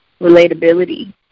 relatability